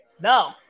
No